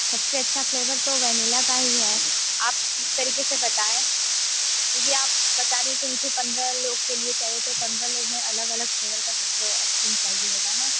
सबसे अच्छा फ्लेवर तो वेनिला का ही है आप इस तरीक़े से बतायें क्योंकि आप बता रही हैं कि मुझे पन्द्रह लोग के लिए चाहिए तो पंद्रह लोगों में अलग अलग फ्लेवर का सबको आइसक्रीम चाहिए होगा न